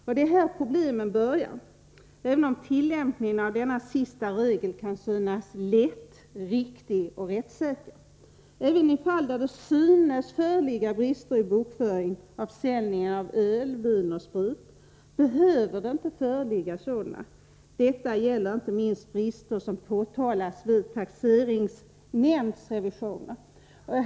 Det är här problemen börjar, även om tillämpningen av denna sista regel kan synas lätt, riktig och rättssäker. Även i fall där det synes föreligga brister i bokföringen av försäljning av öl, vin och sprit behöver det inte alls föreligga några sådana. Detta gäller inte minst om brister påtalas vid taxeringsnämndsrevisioner.